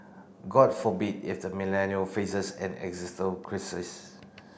god forbid if the Millennial faces an crisis